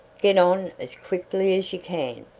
get on as quickly as you can.